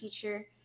teacher